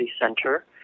center